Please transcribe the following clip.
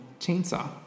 chainsaw